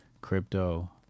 crypto